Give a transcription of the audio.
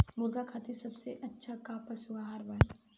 मुर्गा खातिर सबसे अच्छा का पशु आहार बा?